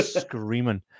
screaming